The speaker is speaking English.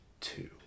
two